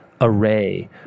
array